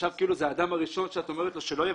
נחשב כאילו זה האדם הראשון שאתה אומרת לו שלא יבצע.